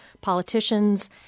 politicians